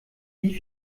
wie